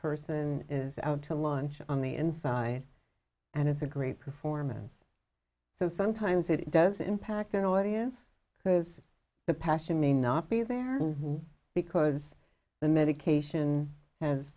person is out to lunch on the inside and it's a great performance so sometimes it does impact an audience who has the passion may not be there because the medication has